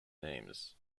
names